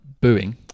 booing